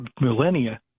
millennia